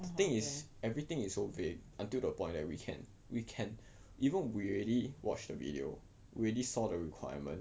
the thing is everything is so vague until the point that we can we can even we already watched the video we already saw the requirement